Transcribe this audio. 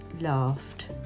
laughed